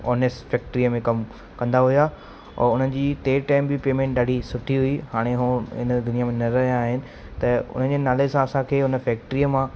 ओनिस फैक्ट्रीअ में कमु कंदा हुया और उन्हनि जी टे टाइम बि पेमेंट ॾाढी सुठी हुई हाणे हो इन दुनिया में न रहिया आहिनि त उन जे नाले सां असांखे उन फैक्ट्रीअ मां